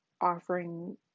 offering